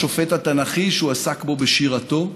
השופט התנ"כי, שהוא עסק בו בשירתו,